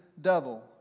devil